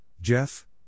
Jeff